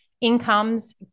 incomes